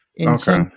Okay